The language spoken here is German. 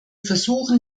versuchen